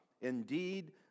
indeed